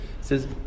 says